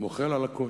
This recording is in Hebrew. מוחל על הכול,